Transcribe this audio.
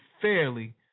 fairly